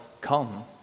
Come